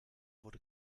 wurde